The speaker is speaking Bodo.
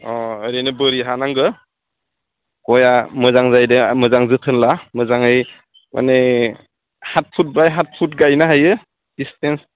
अ ओरैनो बोरि हा नांगोन गयआ मोजां जायो दे मोजांं जोथोन ला मोजाङै माने सात फुट बाय सात फुट गायनो हायो डिस्टेन्स